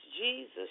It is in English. Jesus